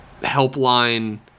helpline